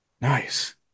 Nice